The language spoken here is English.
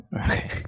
okay